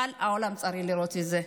אבל העולם צריך לראות את זה.